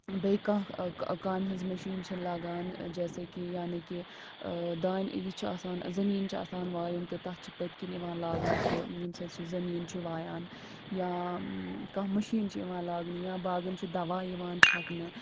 بیٚیہِ کانٛہہ کامہِ ہٕنٛز مِشیٖن چھِ لگان جیسے کہِ یانہِ کہِ دانہِ یہِ چھِ آسان زٔمیٖن چھِ آسان وایُن تہٕ تَتھ چھِ پٔتۍ کِنۍ یِوان لاگنہٕ سُہ ییٚمہِ سٟتۍ سُہ زٔمیٖن چھِ وایان یا کانٛہہ مٔشیٖن چھِ یِوان لاگنہٕ یا باغَن چھِ دوا یِوان چھَکنہٕ